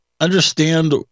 understand